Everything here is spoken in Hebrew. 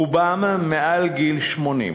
רובם מעל גיל 80,